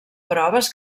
proves